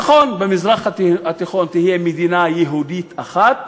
נכון, במזרח התיכון תהיה מדינה יהודית אחת,